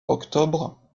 octobre